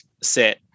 set